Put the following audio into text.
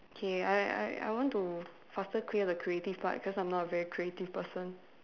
okay I I I want to faster clear the creative part because I'm not a very creative person